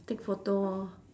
take photo lor